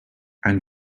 and